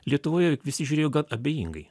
lietuvoje juk visi žiūrėjo gan abejingai